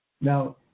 Now